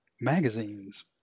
magazines